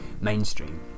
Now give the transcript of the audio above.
mainstream